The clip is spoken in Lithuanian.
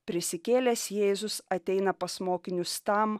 prisikėlęs jėzus ateina pas mokinius tam